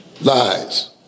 Lies